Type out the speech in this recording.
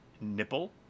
nipple